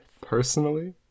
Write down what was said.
personally